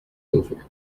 over